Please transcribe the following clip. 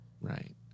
Right